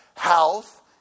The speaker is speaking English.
health